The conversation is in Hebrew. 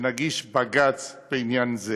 שנגיש בג"ץ בעניין זה.